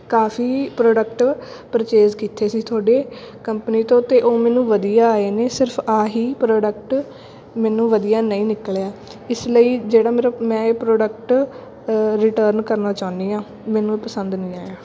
ਕਾਫੀ product purchase ਕੀਤੇ ਸੀ ਤੁਹਾਡੇ ਕੰਪਨੀ ਤੋਂ ਅਤੇ ਉਹ ਮੈਨੂੰ ਵਧੀਆ ਆਏ ਨੇ ਸਿਰਫ ਆਹੀ ਪ੍ਰੋਡਕਟ ਮੈਨੂੰ ਵਧੀਆ ਨਹੀਂ ਨਿਕਲਿਆ ਇਸ ਲਈ ਜਿਹੜਾ ਮੇਰਾ ਮੈਂ ਇਹ ਪ੍ਰੋਡਕਟ ਰਿਟਰਨ ਕਰਨਾ ਚਾਹੁੰਦੀ ਹਾਂ ਮੈਨੂੰ ਪਸੰਦ ਨਹੀਂ ਆਇਆ